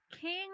King